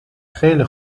خیلی